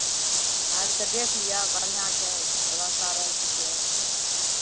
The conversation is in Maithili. आबि कऽ देख लिअ बढ़ियाँ छै व्यवस्था रहयके लिए